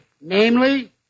Namely